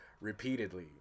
repeatedly